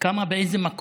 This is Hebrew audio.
אבל זה עקום כמו פיזה,